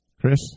chris